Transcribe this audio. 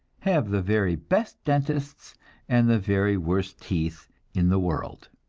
have the very best dentists and the very worst teeth in the world.